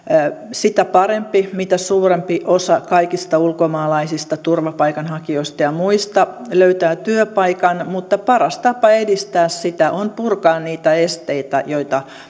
sitä parempi mitä suurempi osa kaikista ulkomaalaisista turvapaikanhakijoista ja muista löytää työpaikan mutta paras tapa edistää sitä on purkaa niitä esteitä joita